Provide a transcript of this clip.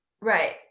Right